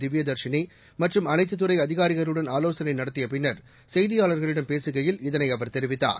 திவ்யதர்ஷினி மற்றும் அளைத்துத் துறை அதிகாரிகளுடன் ஆலோசளை நடத்திய பின்னர் செய்தியாளர்களிடம் பேசுகையில் இதனை அவர் தெரிவித்தார்